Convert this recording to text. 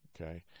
okay